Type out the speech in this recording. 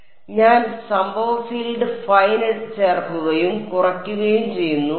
അതിനാൽ ഞാൻ സംഭവ ഫീൽഡ് ഫൈൻ ചേർക്കുകയും കുറയ്ക്കുകയും ചെയ്യുന്നു